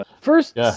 First